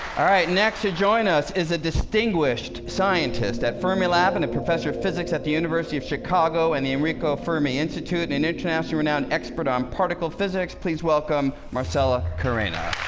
all right next to join us is a distinguished scientist at fermilab and a professor of physics at the university of chicago and the enrico fermi institute and an internationally renowned expert on particle physics, please welcome marcela karina